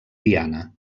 diana